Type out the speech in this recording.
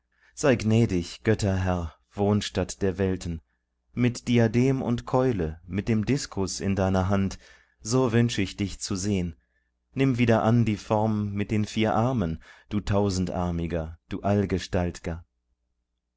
sei gnädig götterherr wohnstatt der welten mit diadem und keule mit dem diskus in deiner hand so wünsch ich dich zu sehen nimm wieder an die form mit den vier armen du tausendarmiger du